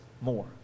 more